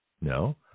No